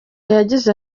yagize